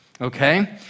okay